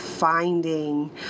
Finding